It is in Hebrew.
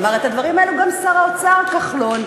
אמר את הדברים האלו גם שר האוצר כחלון.